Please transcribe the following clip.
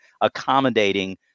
accommodating